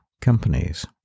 companies